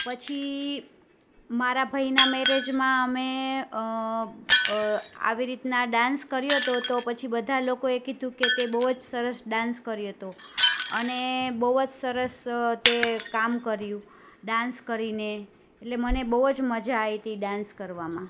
પછી મારા ભાઈના મેરેજમાં અમે આવી રીતના ડાન્સ કર્યો હતો તો પછી બધા લોકોએ કીધું કે તે બહુ જ સરસ ડાન્સ કર્યો તો અને બહુ જ સરસ તે કામ કર્યું ડાન્સ કરીને એટલે મને બહુ જ મજા આવી હતી ડાન્સ કરવામાં